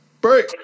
Break